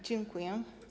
Dziękuję.